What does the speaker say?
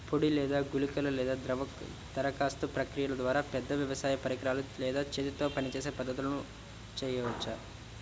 పొడి లేదా గుళికల లేదా ద్రవ దరఖాస్తు ప్రక్రియల ద్వారా, పెద్ద వ్యవసాయ పరికరాలు లేదా చేతితో పనిచేసే పద్ధతులను చేయవచ్చా?